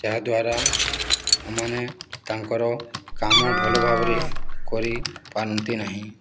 ଯାହାଦ୍ୱାରା ଏମାନେ ତାଙ୍କର କାମ ଭଲ ଭାବରେ କରିପାରନ୍ତି ନାହିଁ